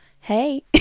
hey